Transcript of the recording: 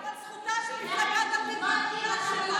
אבל זכותה של מפלגה דתית לאמונה שלה.